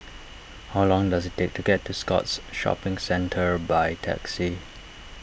how long does it take to get to Scotts Shopping Centre by taxi